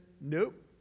Nope